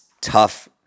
tough